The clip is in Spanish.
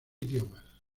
idiomas